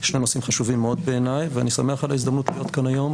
שני נושאים חשובים מאוד בעיניי ואני שמח על ההזדמנות להיות כאן היום,